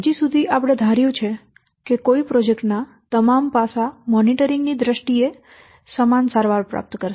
હજી સુધી આપણે ધાર્યું છે કે કોઈ પ્રોજેક્ટ ના તમામ પાસા મોનીટરીંગ ની દ્રષ્ટિએ સમાન સારવાર પ્રાપ્ત કરશે